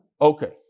Okay